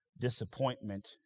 disappointment